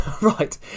Right